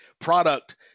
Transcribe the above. product